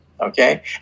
okay